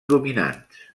dominants